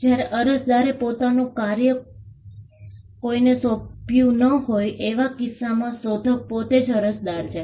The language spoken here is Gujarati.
જ્યારે અરજદારે પોતાનું કોઈ કાર્ય કોઈને પણ સોંપ્યું ન હોય એવા કિસ્સામાં શોધક પોતે જ અરજદાર છે